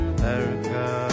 America